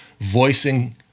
voicing